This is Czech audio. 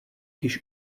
když